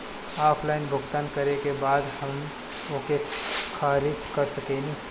Online भुगतान करे के बाद हम ओके खारिज कर सकेनि?